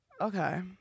Okay